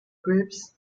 groups